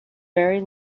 very